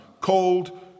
called